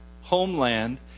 homeland